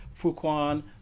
Fuquan